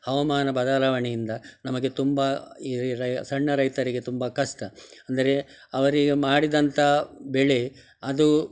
ಹವಾಮಾನ ಬದಲಾವಣೆಯಿಂದ ನಮಗೆ ತುಂಬ ಈ ರೈ ಸಣ್ಣ ರೈತರಿಗೆ ತುಂಬ ಕಷ್ಟ ಅಂದರೆ ಅವರಿಗೆ ಮಾಡಿದಂಥ ಬೆಳೆ ಅದು